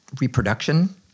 reproduction